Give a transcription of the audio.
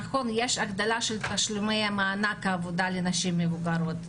הגדלה של תשלומי מענק העבודה לנשים מבוגרות,